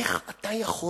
איך אתה יכול